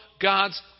God's